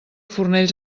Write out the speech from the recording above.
fornells